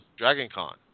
DragonCon